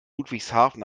ludwigshafen